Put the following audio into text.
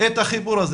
את החיבור הזה,